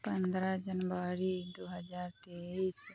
पन्द्रह जनवरी दू हजार तेइस